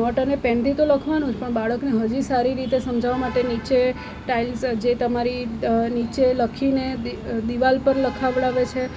not અને પેનથી તો લખવાનું જ પણ બાળકને હજી સારી રીતે સમજાવવા માટે નીચે ટાઇલ્સ જે તમારી નીચે લખીને દી દીવાલ પર લખીને ટાઇલ્સ પર લખાવડાવે છે